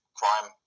crime